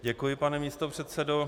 Děkuji, pane místopředsedo.